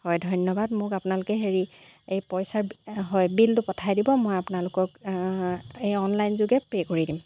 হয় ধন্যবাদ মোক আপোনালোকে হেৰি এই পইচাৰ হয় বিলটো পঠাই দিব মই আপোনালোকক এই অনলাইন যোগে পে' কৰি দিম